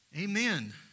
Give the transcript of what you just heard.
Amen